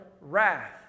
wrath